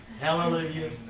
Hallelujah